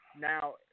Now